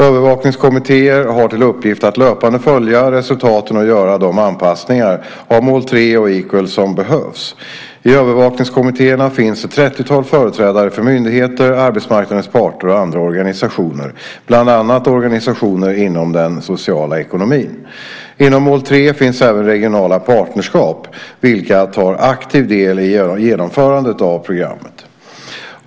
Övervakningskommittéer har till uppgift att löpande följa resultaten och göra de anpassningar av mål 3 och Equal som behövs. I övervakningskommittéerna finns ett 30-tal företrädare för myndigheter, arbetsmarknadens parter och andra organisationer - bland annat organisationer inom den sociala ekonomin. Inom mål 3 finns även regionala partnerskap, vilka tar aktiv del i genomförandet av programmet.